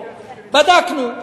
בדקנו.